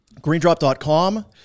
GreenDrop.com